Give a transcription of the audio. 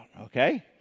okay